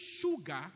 sugar